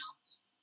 else